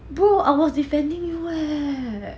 bu~ I was defending you eh